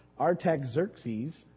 Artaxerxes